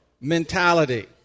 mentality